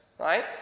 right